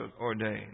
ordained